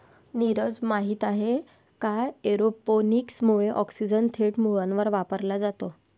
नीरज, माहित आहे का एरोपोनिक्स मुळे ऑक्सिजन थेट मुळांवर वापरला जातो